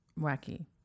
wacky